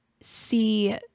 see